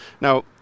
Now